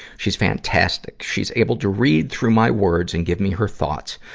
she's fantastic! she's able to read through my words and give me her thoughts,